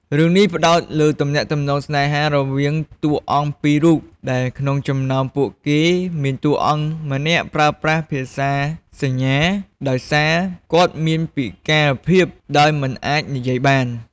រឿងនេះផ្តោតលើទំនាក់ទំនងស្នេហារវាងតួអង្គពីររូប ដែលក្នុងចំណោមពួកគេមានតួរអង្គម្នាក់ប្រើប្រាស់ភាសាសញ្ញា ដោយសារគាត់មានពិការភាពដោយមិនអាចនិយាយបាន ។